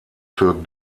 für